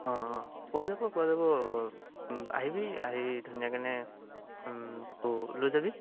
অঁ অঁ পোৱা যাব পোৱা যাব অঁ অঁ আহিবি আহি ধুনীয়াকেনে তই লৈ যাবি